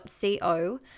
.co